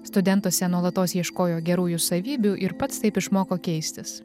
studentuose nuolatos ieškojo gerųjų savybių ir pats taip išmoko keistis